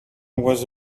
was